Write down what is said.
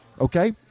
Okay